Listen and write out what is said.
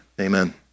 Amen